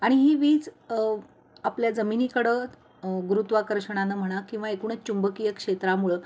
आणि ही वीज आपल्या जमिनीकडं गुरुत्वाकर्षणानं म्हणा किंवा एकूणच चुंबकीय क्षेत्रामुळं